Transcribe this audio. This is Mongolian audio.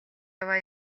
яваа